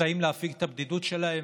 בבדידות, מסייעים להפיג את הבדידות שלהם.